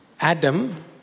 Adam